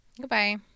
Goodbye